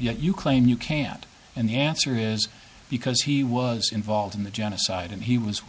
you claim you can't and the answer is because he was involved in the genocide and he was